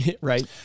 Right